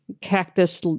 cactus